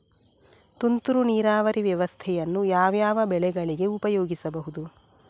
ತುಂತುರು ನೀರಾವರಿ ವ್ಯವಸ್ಥೆಯನ್ನು ಯಾವ್ಯಾವ ಬೆಳೆಗಳಿಗೆ ಉಪಯೋಗಿಸಬಹುದು?